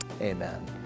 Amen